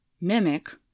mimic